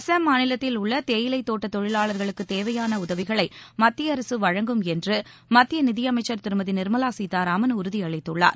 அசாம் மாநிலத்தில் உள்ள தேயிலை தோட்ட தொழிலாளர்களுக்கு தேவையான உதவிகளை மத்திய அரசு வழங்கும் என்று மத்திய நிதியமைச்சர் திருமதி நிர்மலா சீத்தாராமன் உறுதியளித்துள்ளார்